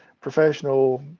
professional